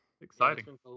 exciting